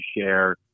share